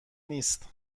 نیست